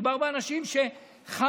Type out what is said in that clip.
מדובר באנשים שחרדים